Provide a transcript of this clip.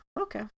Okay